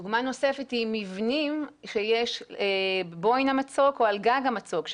דוגמא נוספת היא מבנים שיש בבוהן המצוק או על גג המצוק,